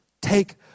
Take